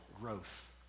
growth